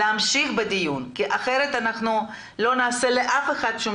להמשיך בדיון כי אחרת לא נעשה לאף אחד שום